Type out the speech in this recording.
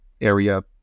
area